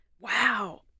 Wow